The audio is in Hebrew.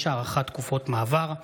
מניעת השתתפות של מועמד או של רשימת מועמדים